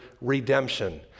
redemption